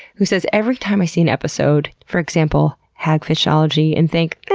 who says, every time i see an episode, for example, hagfishology, and think, ah,